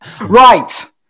right